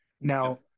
Now